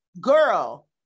Girl